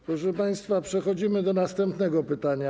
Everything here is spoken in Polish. Proszę państwa, przechodzimy do następnego pytania.